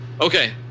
okay